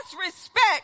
respect